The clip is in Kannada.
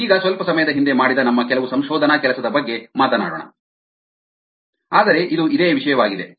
ಈಗ ಸ್ವಲ್ಪ ಸಮಯದ ಹಿಂದೆ ಮಾಡಿದ ನಮ್ಮ ಕೆಲವು ಸಂಶೋಧನಾ ಕೆಲಸದ ಬಗ್ಗೆ ಮಾತನಾಡೋಣ ಆದರೆ ಇದು ಇದೇ ವಿಷಯವಾಗಿದೆ